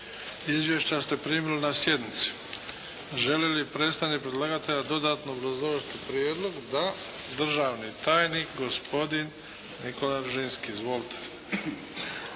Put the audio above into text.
Izvješća ste primili na sjednici. Želi li predstavnik predlagatelja dodatno obrazložiti prijedlog? Da. Državni tajnik gospodin Nikola Ružinski. Izvolite.